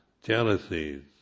jealousies